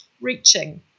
reaching